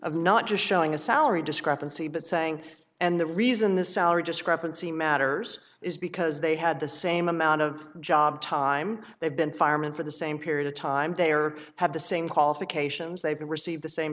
of not just showing a salary discrepancy but saying and the reason the salary discrepancy matters is because they had the same amount of job time they've been firemen for the same period of time they are have the same qualifications they've been receive the same